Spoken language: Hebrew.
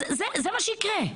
אז זה מה שיקרה.